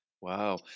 Wow